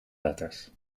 letters